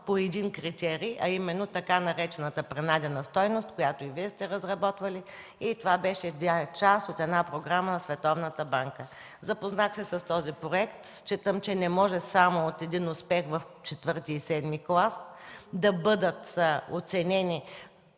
по един критерий, а именно така наречената принадена стойност, която и Вие сте разработвали. Това беше част от програма на Световната банка. Запознах се с този проект. Считам, че не може само от един успех в четвърти и седми клас да бъдат оценени